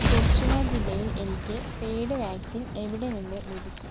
ദക്ഷിണ ജില്ലയിൽ എനിക്ക് പെയ്ഡ് വാക്സിൻ എവിടെ നിന്ന് ലഭിക്കും